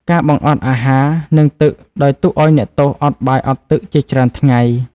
ការបង្អត់អាហារ និងទឹកដោយទុកឱ្យអ្នកទោសអត់បាយអត់ទឹកជាច្រើនថ្ងៃ។